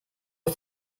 ist